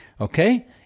Okay